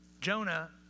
Jonah